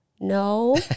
no